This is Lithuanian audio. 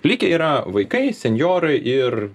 likę yra vaikai senjorai ir